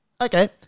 Okay